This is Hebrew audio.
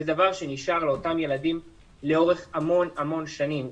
הם דבר שנשאר לאותם ילדים לאורך המון המון שנים.